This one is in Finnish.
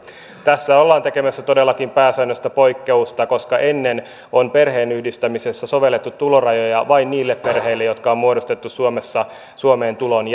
tässä ollaan tekemässä todellakin pääsääntöä poikkeuksesta koska ennen on perheenyhdistämisessä sovellettu tulorajoja vain niille perheille jotka on muodostettu suomessa suomeen tulon